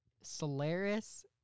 Solaris